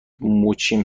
موچین